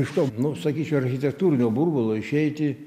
iš to nu sakyčiau architektūrinio burbulo išeiti